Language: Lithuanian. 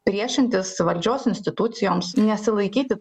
priešintis valdžios institucijoms nesilaikyti